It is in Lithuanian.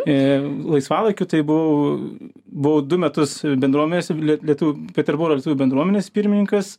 laisvalaikiu tai buvau buvau du metus bendruomenės ir lie lietuvių peterboro lietuvių bendruomenės pirmininkas